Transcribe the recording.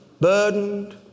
Burdened